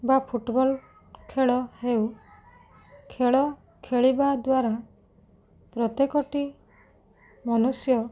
ବା ଫୁଟବଲ୍ ଖେଳ ହେଉ ଖେଳ ଖେଳିବାଦ୍ୱାରା ପ୍ରତ୍ୟେକଟି ମନୁଷ୍ୟ